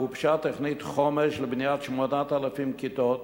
גובשה תוכנית חומש לבניית 8,000 כיתות